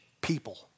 people